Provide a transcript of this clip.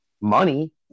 money